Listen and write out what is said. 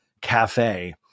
cafe